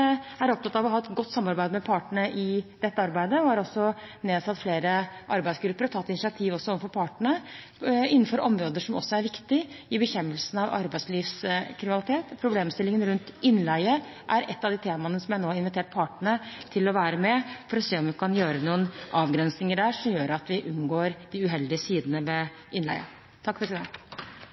er opptatt av å ha et godt samarbeid med partene i dette arbeidet og har også nedsatt flere arbeidsgrupper og tatt initiativ overfor partene innenfor områder som er viktige i bekjempelsen av arbeidslivskriminalitet. Problemstillingene rundt innleie er et av de temaene der jeg nå har invitert partene til å være med, for å se om vi kan gjøre noen avgrensninger der som gjør at vi unngår de uheldige sidene ved innleie.